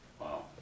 Wow